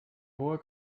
hoher